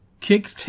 kick